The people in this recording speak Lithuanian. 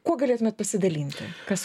kuo galėtumėt pasidalinti kas